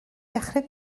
dechrau